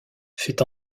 fait